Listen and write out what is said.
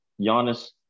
Giannis